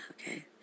okay